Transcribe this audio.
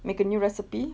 make a new recipe